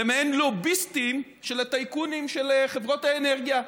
למעין לוביסטים של הטייקונים של חברות האנרגיה,